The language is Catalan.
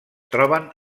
troben